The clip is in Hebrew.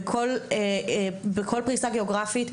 בכל פריסה גיאוגרפית.